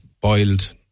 boiled